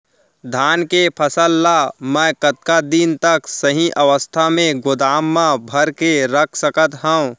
धान के फसल ला मै कतका दिन तक सही अवस्था में गोदाम मा भर के रख सकत हव?